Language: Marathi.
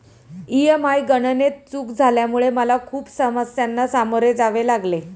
ई.एम.आय गणनेत चूक झाल्यामुळे मला खूप समस्यांना सामोरे जावे लागले